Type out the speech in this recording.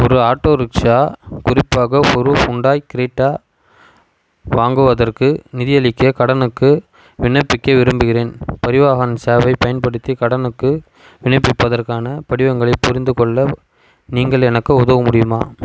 ஒரு auto rickshaw குறிப்பாக ஒரு ஹூண்டாய் கிரிட்டா வாங்குவதற்கு நிதியளிக்க கடனுக்கு விண்ணப்பிக்க விரும்புகிறேன் பரிவாஹன் சேவாவைப் பயன்படுத்தி கடனுக்கு விண்ணப்பிப்பதற்கான படிவங்களைப் புரிந்துகொள்ள நீங்கள் எனக்கு உதவ முடியுமா